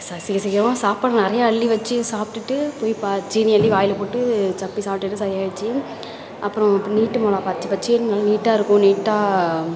சீக்கிர சீக்கிரமாக சாப்பாடு நிறையா அள்ளி வச்சு சாப்பிடுட்டு போய் ப சீனி அள்ளி வாயில் போட்டு சப்பி சாப்பிடுட்டு சரி ஆயிடுச்சு அப்புறம் நீட்ட மொளகாய் பச்சை பச்சேர்னு நல்லா நீட்டாக இருக்கும் நீட்டாக